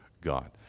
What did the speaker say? God